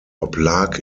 oblag